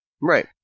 Right